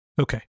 Okay